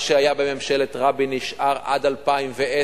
מה שהיה בממשלת רבין נשאר עד 2010,